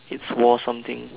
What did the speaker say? it's war something